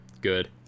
good